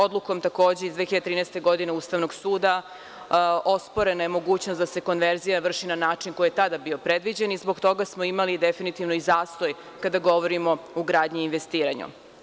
Odlukom takođe iz 2013. godine Ustavnog suda osporena je mogućnost da se konverzija vrši na način koji je tada bio predviđen i zbog toga smo imali definitivno i zastoj kada govorimo o gradnji i investiranju.